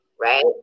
right